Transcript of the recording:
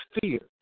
fear